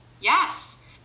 Yes